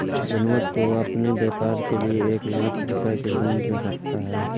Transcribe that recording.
विनोद को अपने व्यापार के लिए एक लाख रूपए के लोन की आवश्यकता है